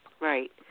right